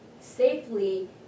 safely